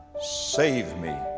save me,